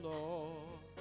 Lord